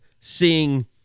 seeing